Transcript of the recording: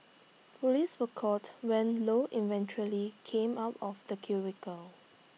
Police were called when Lou eventually came out of the cubicle